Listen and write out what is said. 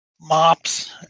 Mops